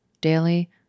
daily